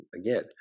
again